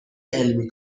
علمی